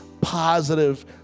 positive